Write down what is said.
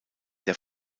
der